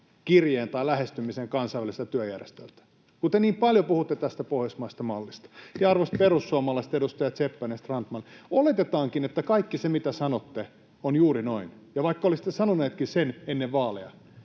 kirjeen tai lähestymisen Kansainväliseltä työjärjestöltä, kun te niin paljon puhutte tästä pohjoismaisesta mallista? Ja, arvoisat perussuomalaiset edustajat Seppänen ja Strandman, vaikka oletettaisiinkin, että kaikki se, mitä sanotte, on juuri noin, ja vaikka olisitte sanoneetkin sen ennen vaaleja,